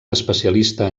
especialista